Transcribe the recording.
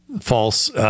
false